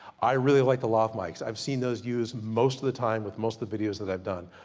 i really like the lav mics. i've seen those used most of the time, with most of the videos that i've done.